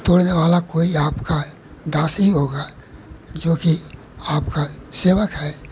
तोड़ने वाला कोई आपका दास ही होगा जोकि आपका सेवक है